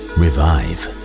revive